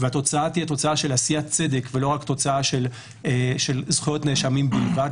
כדי שהתוצאה תהיה תוצאה של עשיית צדק ולא תוצאה של זכויות נאשמים בלבד,